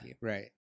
Right